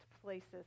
places